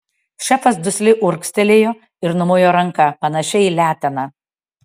šefas dusliai urgztelėjo ir numojo ranka panašia į leteną